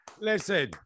Listen